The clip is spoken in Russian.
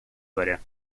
дворе